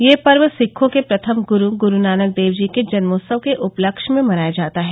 यह पर्व सिखों के प्रथम ग्रु ग्रुनाक देव जी के जन्मोत्सव के उपलक्ष्य में मनाया जाता है